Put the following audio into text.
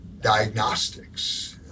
diagnostics